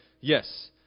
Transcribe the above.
yes